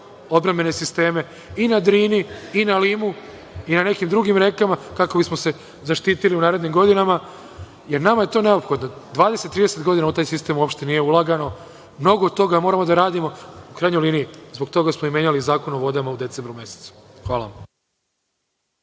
odbrambene sisteme i na Drini i na Limu i na nekim drugim rekama, kako bismo se zaštitili u narednim godinama, jer nama je to neophodno. Dvadeset, trideset godina u taj sistem uopšte nije ulagano. Mnogo toga moramo da radimo, u krajnjoj liniji, zbog toga smo i menjali Zakon o vodama u decembru mesecu. Hvala vam.